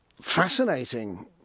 fascinating